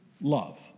love